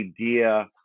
idea